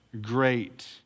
great